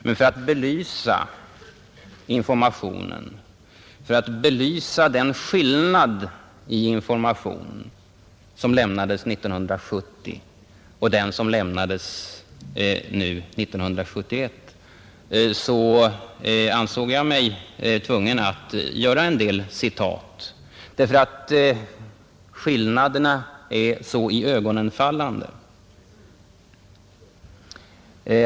Men för att påvisa skillnaden mellan den information som lämnades 1970 och den som lämnats 1971 ansåg jag mig tvungen att anföra en del citat. Skillnaden är nämligen mycket iögonenfallande.